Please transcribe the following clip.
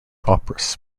operas